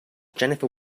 jennifer